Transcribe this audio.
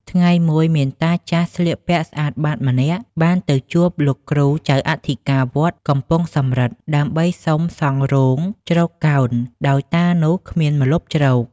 ថ្ងៃមួយមានតាចាស់ស្លៀកពាក់ស្អាតបាតម្នាក់ បានទៅជួបលោកគ្រូចៅអធិការវត្តកំពង់សំរឹទ្ធ ដើម្បីសុំសង់រោងជ្រកកោន ដោយតានោះគ្មានម្លប់ជ្រក ។